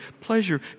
pleasure